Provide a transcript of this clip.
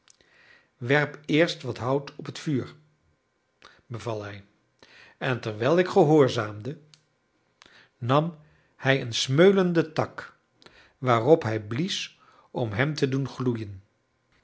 werp eerst wat hout op het vuur beval hij en terwijl ik gehoorzaamde nam hij een smeulenden tak waarop hij blies om hem te doen gloeien